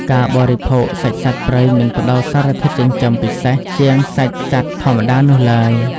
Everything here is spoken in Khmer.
ការបរិភោគសាច់សត្វព្រៃមិនផ្តល់សារធាតុចិញ្ចឹមពិសេសជាងសាច់សត្វធម្មតានោះឡើយ។